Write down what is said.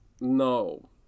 No